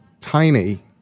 tiny